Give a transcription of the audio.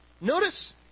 Notice